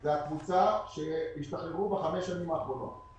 זאת הקבוצה של האנשים שהשתחררו בחמש השנים האחרונות.